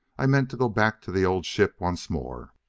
i meant to go back to the old ship once more.